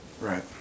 Right